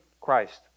Christ